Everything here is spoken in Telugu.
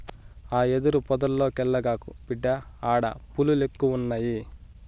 ఆ యెదురు పొదల్లోకెల్లగాకు, బిడ్డా ఆడ పులిలెక్కువున్నయి